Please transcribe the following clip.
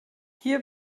hier